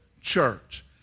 church